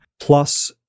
Plus